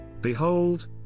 Behold